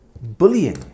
bullying